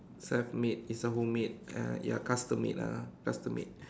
self made it's a homemade uh ya custom made ah custom made